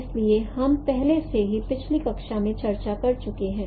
इसलिए हम पहले से ही पिछली कक्षा में चर्चा कर चुके हैं